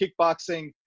Kickboxing